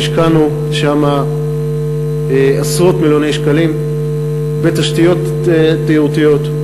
השקענו שם עשרות מיליוני שקלים בתשתיות תיירותיות,